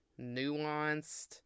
nuanced